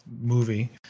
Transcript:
movie